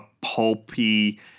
pulpy